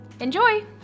Enjoy